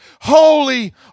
holy